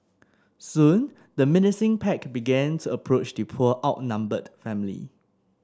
soon the menacing pack began to approach the poor outnumbered family